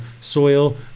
soil